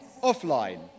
offline